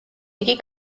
იგი